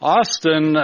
Austin